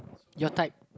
your type